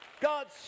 God's